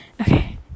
Okay